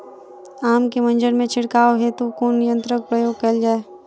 आम केँ मंजर मे छिड़काव हेतु कुन यंत्रक प्रयोग कैल जाय?